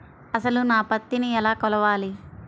అసలు నా పత్తిని ఎలా కొలవాలి?